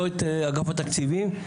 לא את אגף התקציבים,